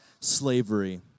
slavery